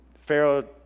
Pharaoh